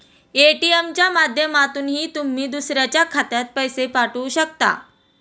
ATM च्या माध्यमातूनही तुम्ही दुसऱ्याच्या खात्यात पैसे पाठवू शकता